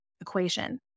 equation